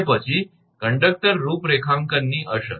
તે પછી કંડક્ટર રૂપરેખાંકનની અસર